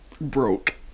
Broke